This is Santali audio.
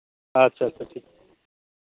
ᱟᱪᱪᱷᱟ ᱟᱪᱪᱷᱟ ᱴᱷᱤᱠ